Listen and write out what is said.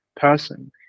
person